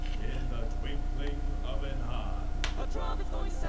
in the twinkling of an eye a trumpet's goin'